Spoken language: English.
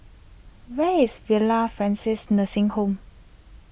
where is Villa Francis Nursing Home